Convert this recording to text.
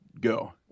go